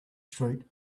street